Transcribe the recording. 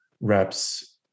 reps